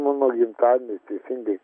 mano gimtadienis teisinga